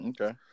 Okay